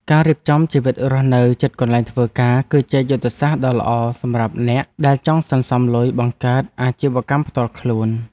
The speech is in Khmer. ការរៀបចំជីវិតរស់នៅជិតកន្លែងធ្វើការ គឺជាយុទ្ធសាស្ត្រដ៏ល្អសម្រាប់អ្នកដែលចង់សន្សំលុយបង្កើតអាជីវកម្មផ្ទាល់ខ្លួន។